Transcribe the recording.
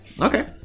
Okay